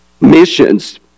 Missions